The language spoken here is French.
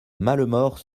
malemort